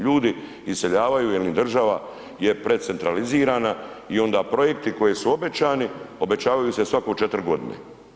Ljudi iseljavaju jer im država je precentralizirana i onda projekti koji su obećani, obećavaju se svakih 4 godine.